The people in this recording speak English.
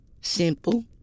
Simple